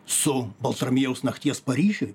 su baltramiejaus nakties paryžiuj